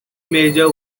major